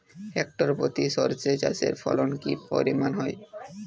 Hectare প্রতি সর্ষে চাষের ফলন কি পরিমাণ হয়?